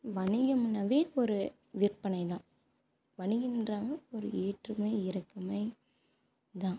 வணிகம்னாகவே ஒரு விற்பனைதான் வணிகமென்றாலும் ஒரு ஏற்றுமை இறக்குமை தான்